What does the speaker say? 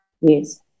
Yes